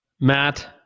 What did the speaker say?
Matt